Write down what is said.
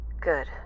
Good